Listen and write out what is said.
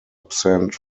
absent